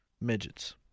Midgets